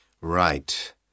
Right